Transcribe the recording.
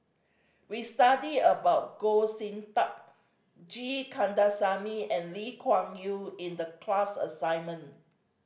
we studied about Goh Sin Tub G Kandasamy and Lee Kuan Yew in the class assignment